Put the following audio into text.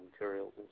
materials